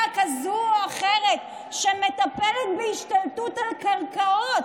כזאת או אחרת שמטפלת בהשתלטות על קרקעות,